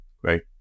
Great